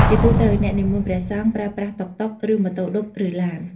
ជាទូទៅ អ្នកនិមន្តព្រះសង្ឃប្រើប្រាស់ តុកតុក ឬម៉ូតូឌុប ឬឡាន។